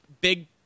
big